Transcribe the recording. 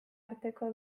arteko